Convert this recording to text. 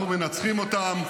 אנחנו מנצחים אותם,